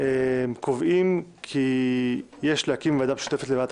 נסת קובעים כי יש להקים ועדה משותפת לוועדת